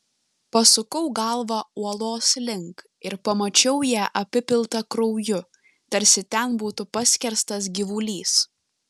pasukau galvą uolos link ir pamačiau ją apipiltą krauju tarsi ten būtų paskerstas gyvulys